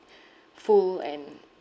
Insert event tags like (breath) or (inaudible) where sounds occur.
(breath) full and